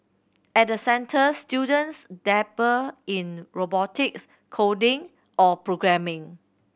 at the centres students dabble in robotics coding or programming